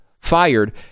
fired